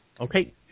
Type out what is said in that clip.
Okay